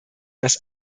dass